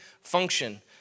function